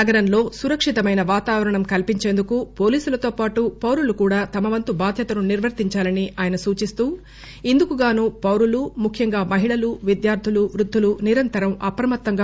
నగరంలో సురకితమైన వాతావరణం కల్సించేందుకు పోలీసులతోపాటు పౌరులు కూడా తమ వంతు బాధ్యతను నిర్వర్తించాలని ఆయన సూచిస్తూ ఇందుకుగాను పౌరులు ముఖ్యంగా మహిళలు విద్యార్థులు వృద్దులు నిరంతరం అప్రమత్తంగా ఉండాలన్నారు